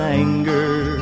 anger